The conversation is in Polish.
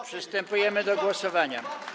Przystępujemy do głosowania.